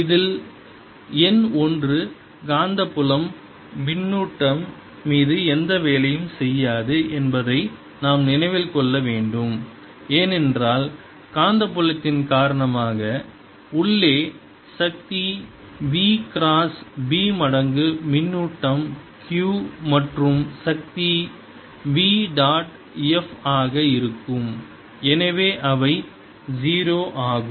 இதில் எண் 1 காந்தப்புலம் மின்னூட்டம் மீது எந்த வேலையும் செய்யாது என்பதை நாம் நினைவில் கொள்ள வேண்டும் ஏனென்றால் காந்தப்புலத்தின் காரணமாக உள்ள சக்தி v கிராஸ் B மடங்கு மின்னூட்டம் q மற்றும் சக்தி v டாட் F ஆக இருக்கும் எனவே அவை 0 ஆகும்